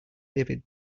livid